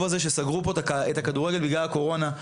הזה שסגרו פה את הכדורגל בגלל הקורונה.